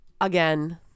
Again